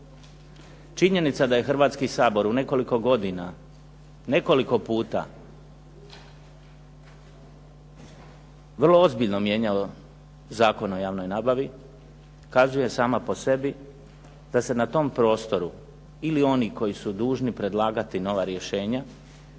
Činjenica da je Hrvatski sabor u nekoliko godina, nekoliko puta vrlo ozbiljno mijenjao Zakon o javnoj nabavi, kazuje sama po sebi da se na tom prostoru ili oni koji su dužni predlagati nova rješenja